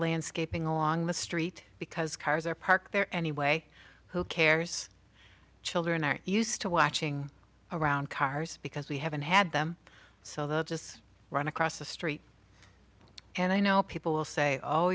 landscaping along the street because cars are parked there anyway who cares children are used to watching around cars because we haven't had them so they'll just run across the street and i know people will say oh